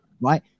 right